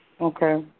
Okay